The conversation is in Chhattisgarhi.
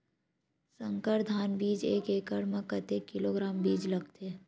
संकर धान बीज एक एकड़ म कतेक किलोग्राम बीज लगथे?